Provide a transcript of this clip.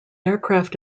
aircraft